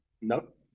Nope